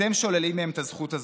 אתם שוללים מהם את הזכות הזאת.